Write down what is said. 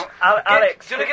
Alex